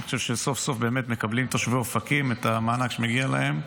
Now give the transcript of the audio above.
אני חושב שסוף-סוף באמת תושבי אופקים מקבלים את המענק שמגיע להם.